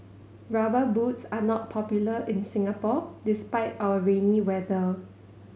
Rubber Boots are not popular in Singapore despite our rainy weather